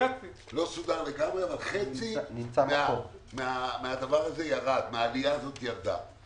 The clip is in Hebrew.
לא סודר לגמרי, אבל חצי מהעלייה הזאת ירד.